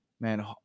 Man